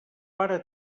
pare